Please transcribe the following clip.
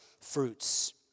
fruits